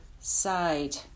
side